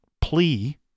plea